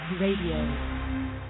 Radio